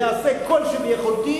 ואעשה כל שביכולתי,